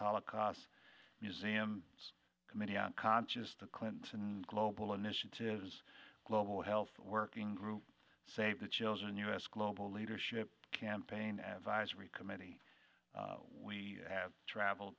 holocaust museum committee on conscious the clinton global initiative is global health working group save the children u s global leadership campaign advisory committee we have traveled